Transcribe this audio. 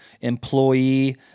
employee